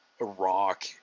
Iraq